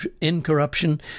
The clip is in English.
incorruption